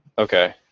Okay